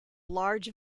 large